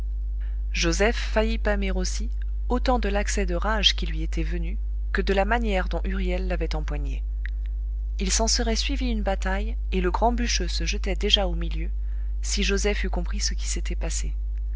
joseph faillit pâmer aussi autant de l'accès de rage qui lui était venu que de la manière dont huriel l'avait empoigné il s'en serait suivi une bataille et le grand bûcheux se jetait déjà au milieu si joseph eût compris ce qui s'était passé